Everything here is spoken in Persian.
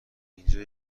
اینجا